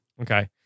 Okay